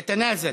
יתנאזל,